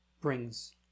brings